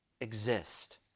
exist